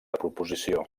proposició